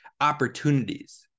opportunities